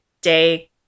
day